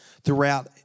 throughout